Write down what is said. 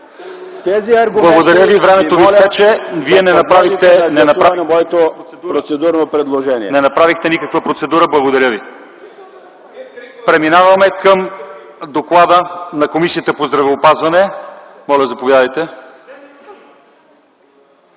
Благодаря Ви. Времето Ви изтече. Вие не направихте никаква процедура. Преминаваме към доклада на Комисията по здравеопазването. Моля, заповядайте.